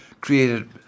created